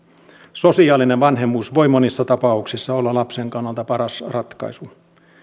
sosiaalinen vanhemmuus voi monissa tapauksissa olla lapsen kannalta paras ratkaisu